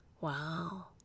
Wow